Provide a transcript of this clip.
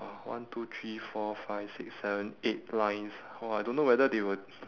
!wah~ one two three four five six seven eight lines !wah! I don't know whether they would